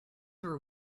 are